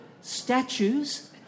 statues